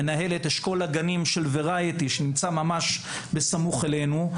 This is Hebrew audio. מנהלת אשכול הגנים של "ורייאטי" שנמצא בסמוך אלינו.